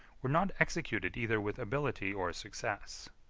were not executed either with ability or success.